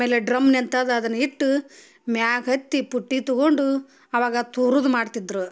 ಆಮೇಲೆ ಡ್ರಮ್ನ್ ಎಂಥದ್ದು ಅದನ್ನ ಇಟ್ಟು ಮ್ಯಾಗ ಹತ್ತಿ ಪುಟ್ಟಿ ತಗೊಂಡು ಆವಾಗ ತೂರುದ ಮಾಡ್ತಿದ್ರು